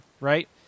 right